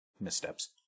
missteps